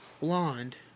blonde